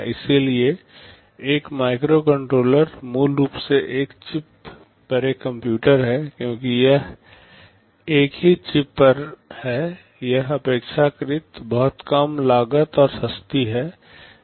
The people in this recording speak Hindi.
इसलिए एक माइक्रोकंट्रोलर मूल रूप से एक चिप पर एक कंप्यूटर है क्योंकि यह एक ही चिप पर है यह अपेक्षाकृत बहुत कम लागत और सस्ती है